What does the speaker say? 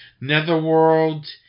Netherworld